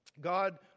God